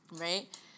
Right